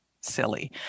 silly